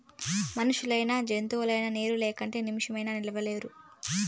మనుషులైనా జంతువులైనా నీరు లేకుంటే నిమిసమైనా నిలువలేరు